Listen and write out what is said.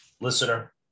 listener